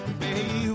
baby